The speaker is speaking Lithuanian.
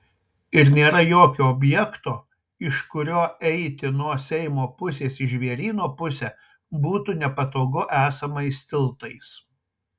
ir nėra jokio objekto iš kurio eiti nuo seimo pusės į žvėryno pusę būtų nepatogu esamais tiltais